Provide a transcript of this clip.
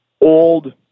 old